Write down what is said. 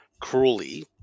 cruelly